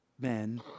men